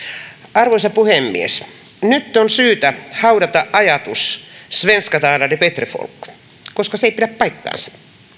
arvoisa puhemies nyt on syytä haudata ajatus svenska talande bättre folk koska se ei pidä paikkaansa